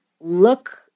look